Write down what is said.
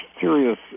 serious